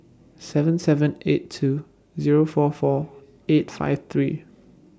seven seven eight two Zero four four eight five three